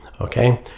okay